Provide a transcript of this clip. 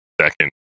second